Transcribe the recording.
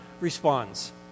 responds